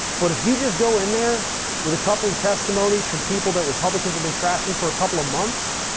but if you just go in there with a couple of testimonies from people that republicans have been trashing for a couple of months,